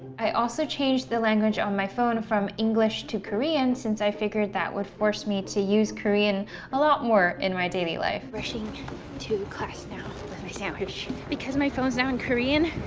i also changed the language on my phone from english to korean since i figured that would force me to use korean a lot more in my daily life. rushing to class now, with my sandwich. because my phone is now in korean,